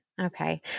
Okay